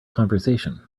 conversation